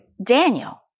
Daniel